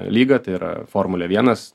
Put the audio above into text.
lyga tai yra formulė vienas